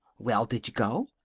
well, didja go?